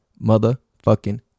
motherfucking